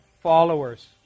followers